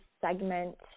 segment